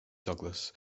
douglas